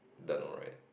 don't know right